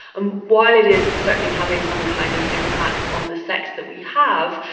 and while it is certainly having some kind of impact on the sex that we have,